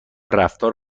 رفتار